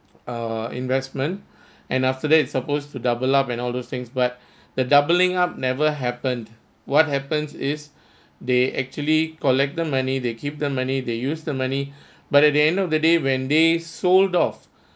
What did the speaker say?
uh investment and after that supposed to double up and all those things but the doubling up never happened what happened is they actually collect the money they keep the money they use the money but at the end of the day when they sold off